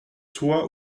soient